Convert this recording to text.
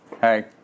Hey